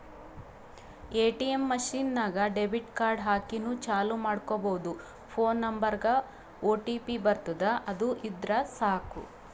ATM machine ನಾಗ್ debit card ಹಾಕಿನೂ ಚಾಲೂ ಮಾಡ್ಕೊಬೋದು ಫೋನ್ ನಂಬರ್ಗ್ ಒಟಿಪಿ ಬರ್ತುದ್ ಅದು ಇದ್ದುರ್ ಸಾಕು